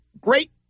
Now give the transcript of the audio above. great